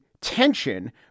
tension